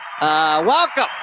welcome